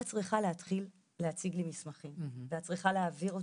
את צריכה להתחיל להציג לי מסמכים ואת צריכה להעביר אותם.